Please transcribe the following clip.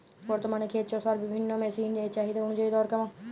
বর্তমানে ক্ষেত চষার বিভিন্ন মেশিন এর চাহিদা অনুযায়ী দর কেমন?